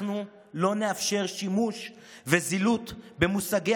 אנחנו לא נאפשר שימוש וזילות במושגי